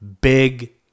big